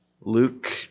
Luke